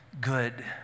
good